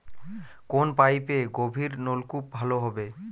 কোন পাইপে গভিরনলকুপ ভালো হবে?